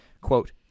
quote